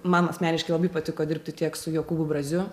man asmeniškai labai patiko dirbti tiek su jokūbu braziu